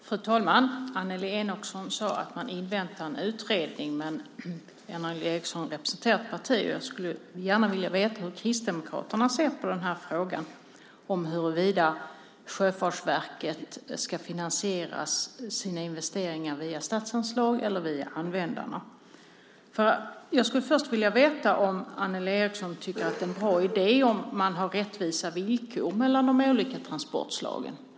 Fru talman! Annelie Enochson sade att man inväntar en utredning. Annelie Enochson representerar Kristdemokraterna. Jag skulle gärna vilja veta hur Kristdemokraterna ser på frågan om Sjöfartsverket ska finansiera sina investeringar via statsanslag eller via användarna. Men först skulle jag vilja veta om Annelie Enochson tycker att det är en bra idé att ha rättvisa villkor eller ej mellan de olika transportslagen.